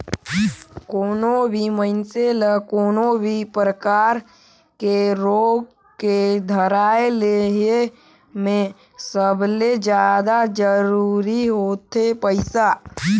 कोनो भी मइनसे ल कोनो भी परकार के रोग के धराए ले हे में सबले जादा जरूरी होथे पइसा